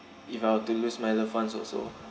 if I were to lose my loved ones also